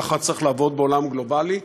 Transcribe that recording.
כך צריך לעבוד בעולם גלובלי.